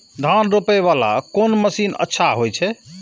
धान रोपे वाला कोन मशीन अच्छा होय छे?